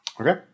Okay